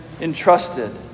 entrusted